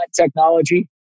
technology